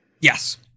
Yes